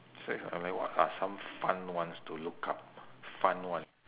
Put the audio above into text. say I mean what are some fun ones to look up fun one